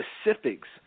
specifics